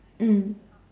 mm